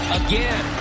again